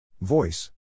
Voice